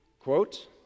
Quote